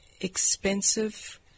expensive